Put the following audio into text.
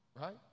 right